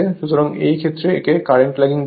সুতরাং এইক্ষেত্রে একে কারেন্ট ল্যগিং বলা হয়